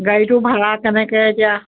গাড়ীটো ভাড়া কেনেকে এতিয়া